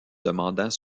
demandant